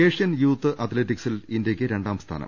Asian youth അത്ലറ്റിക്സിൽ ഇന്ത്യക്ക് രണ്ടാംസ്ഥാനം